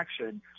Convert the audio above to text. action